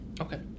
Okay